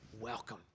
welcome